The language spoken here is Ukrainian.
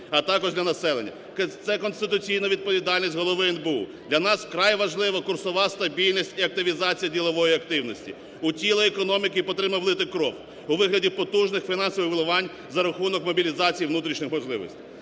а також для населення. Це – конституційна відповідальність голови НБУ. Для нас вкрай важлива курсова стабільність і активізація ділової активності. У тіло економіки потрібно влити кров у вигляді потужних фінансових вливань за рахунок мобілізації внутрішніх можливостей.